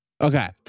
okay